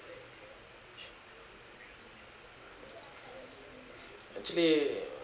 actually